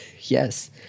Yes